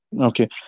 okay